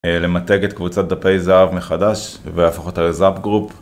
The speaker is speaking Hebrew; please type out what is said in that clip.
למתג את קבוצת דפי זהב מחדש, ולהפוך אותה ל"זאפ גרופ".